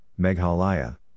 Meghalaya